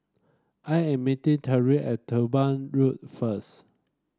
I am meeting Tyrin at Durban Road first